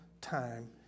time